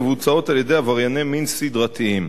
מבוצעות על-ידי עברייני מין סדרתיים.